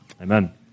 Amen